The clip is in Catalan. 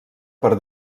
per